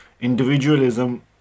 individualism